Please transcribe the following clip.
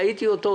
ראיתי אותו,